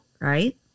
right